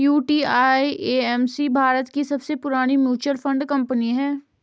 UTI AMC Bharat की सबसे पुरानी म्यूचुअल फंड कंपनी है